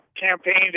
campaigned